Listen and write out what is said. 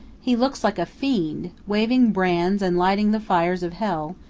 he looks like a fiend, waving brands and lighting the fires of hell,